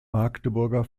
magdeburger